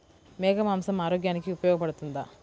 మేక మాంసం ఆరోగ్యానికి ఉపయోగపడుతుందా?